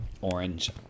orange